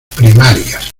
primarias